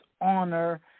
honor